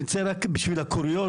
אני רוצה רק בשביל הקוריוז,